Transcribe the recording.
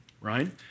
right